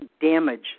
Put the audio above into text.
damage